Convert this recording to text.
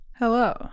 Hello